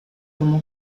tomó